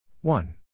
one